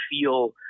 feel